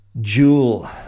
jewel